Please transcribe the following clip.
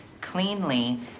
cleanly